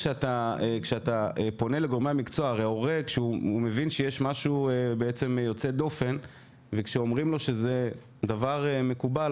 כשהורה מבין שיש משהו יוצא דופן וכשאומרים לו שזה דבר מקובל,